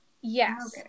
Yes